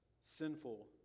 sinful